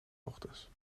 ochtends